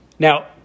Now